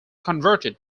converted